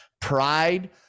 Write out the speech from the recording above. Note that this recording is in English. pride